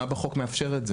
מה מאפשר את זה?